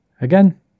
Again